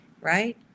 right